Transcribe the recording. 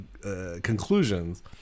conclusions